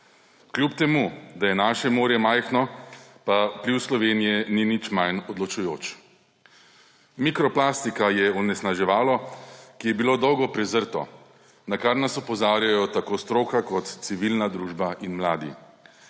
Kljub temu da je naše morje majhno, pa vpliv Slovenije ni nič manj odločujoč. Mikroplastika je onesnaževalo, ki je bilo dolgo prezrto, na kar nas opozarjajo tako stroka kot civilna družba in mladi.